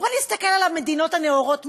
בואו נסתכל על המדינות הנאורות מסביבנו,